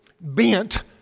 bent